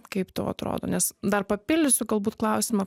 kaip tau atrodo nes dar papildysiu galbūt klausimą